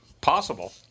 possible